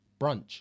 Brunch